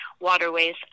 waterways